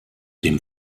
dem